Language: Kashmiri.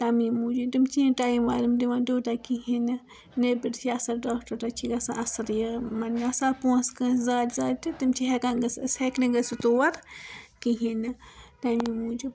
تَمے موٗجوٗب تِم چھِنہٕ ٹایَم وایِم دِوان تیٛوتاہ کِہیٖنٛۍ نہٕ نٮ۪برۍ چھِ آسان ڈاکٹَر تَتہِ چھِ گَژھان اَصٕل یہِ گَژھان پۅنٛسہٕ کٲنٛسہِ زیٛادٕ زیٛادٕ تہِ تِم چھِ ہٮ۪کان گٔژھِتھ أسۍ ہیٚکۍ نہٕ گَژھِتھ تور کِہیٖنٛۍ نہٕ تَمی موٗجوٗب